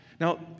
Now